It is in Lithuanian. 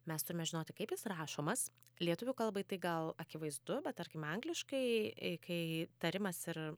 mes turime žinoti kaip jis rašomas lietuvių kalbai tai gal akivaizdu bet tarkim angliškai kai tarimas ir